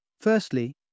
Firstly